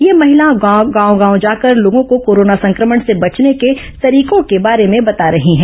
ये महिलाएं गांव गांव जाकर लोगों को कोरोना संक्रमण से बचने के तरीकों के बारे में बता रही हैं